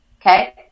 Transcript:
Okay